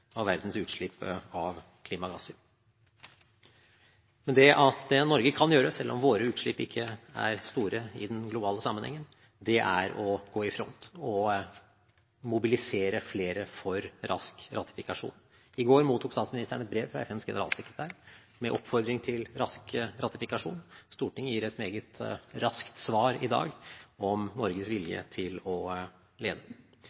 av verdens utslipp av klimagasser. Det Norge kan gjøre, selv om våre utslipp ikke er store i den globale sammenhengen, er å gå i front og mobilisere flere for rask ratifikasjon. I går mottok statsministeren et brev fra FNs generalsekretær med oppfordring til rask ratifikasjon. Stortinget gir et meget raskt svar i dag om Norges vilje til å lede.